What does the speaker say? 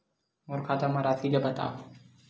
मोर खाता म राशि ल बताओ?